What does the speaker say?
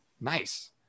Nice